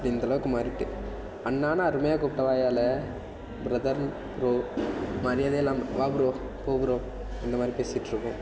இந்தளவுக்கு மாறிவிட்டு அண்ணான்னு அருமையாக கூப்பிட்ட வாயால்ல பிரதர் ப்ரோ மரியாதையாக இல்லாம வா ப்ரோ போ ப்ரோ இந்த மாதிரி பேசிகிட்டுருக்கோம்